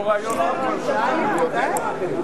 תשאיר רק את ירושלים ואל תשים את האחרים.